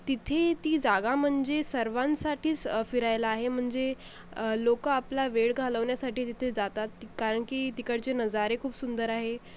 तिथे ती जागा म्हणजे सर्वांसाठीच फिरायला आहे म्हणजे लोकं आपला वेळ घालवण्यासाठी तिथे जातात कारण की तिकडचे नजारे खूप सुंदर आहे